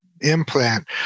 implant